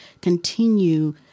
continue